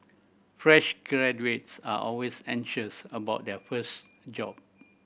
fresh graduates are always anxious about their first job